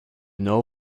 know